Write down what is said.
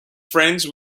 friends